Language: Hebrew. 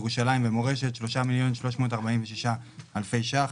ירושלים ומורשת, 3.346 מיליון שקלים,